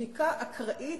בדיקה אקראית,